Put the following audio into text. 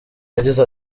yagize